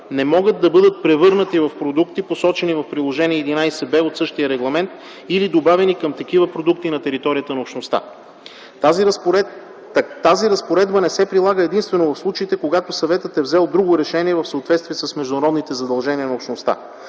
не могат да бъдат превърнати в продукти, посочени в Приложение № 11 б от същия регламент, или добавени към такива продукти на територията на общността. Тази разпоредба не се прилага единствено в случаите, когато съветът е взел друго решение в съответствие с международните задължения на общността.